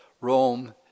Rome